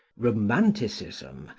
romanticism,